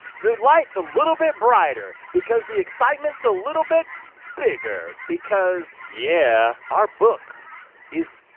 the light's a little bit brighter because the excitement's a little bit bigger because yeah. our book is,